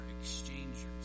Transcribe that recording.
exchangers